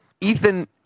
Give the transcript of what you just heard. Ethan